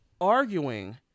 arguing